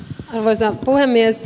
arvoisa puhemies